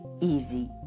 easy